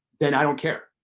then i don't care.